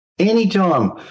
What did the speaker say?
anytime